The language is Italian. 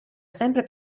sempre